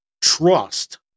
Trust